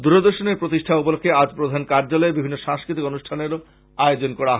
দরদর্শনের প্রতিষ্ঠা দিবস উপলক্ষ্যে আজ প্রধান কার্য্যলয়ে বিভিন্ন সাংস্কৃতিক অনুষ্ঠানের আয়োজন করা হয়